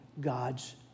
God's